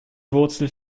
wurzel